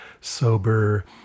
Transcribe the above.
sober